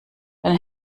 dann